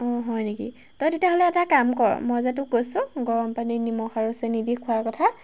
অঁ হয় নেকি তই তেতিয়াহ'লে এটা কাম কৰ মই যে তোক কৈছোঁ গৰম পানী নিমখ আৰু চেনি দি খোৱাৰ কথা